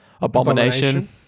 Abomination